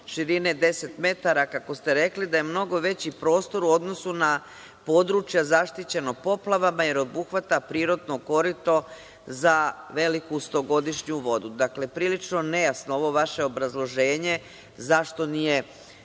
širine 10 metara kako ste rekli, da je mnogo veći prostor u odnosu na područje zaštićeno poplavama, jer obuhvata prirodno korito za veliku stogodišnju vodu. Dakle, prilično nejasno ovo vaše obrazloženje zašto nije